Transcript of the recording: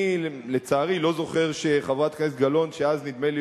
אני לצערי לא זוכר שחברת הכנסת גלאון, שאז נדמה לי